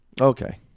Okay